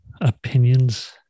opinions